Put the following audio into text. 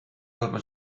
jõudma